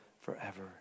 forever